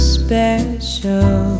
special